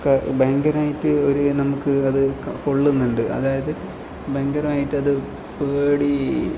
ക്ക ഭയങ്കരമായിട്ട് ഒരു നമുക്ക് അത് കൊള്ളുന്നുണ്ട് അതായത് ഭയങ്കരമായിട്ട് അത് പേടി